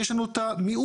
יש לנו את המיעוט,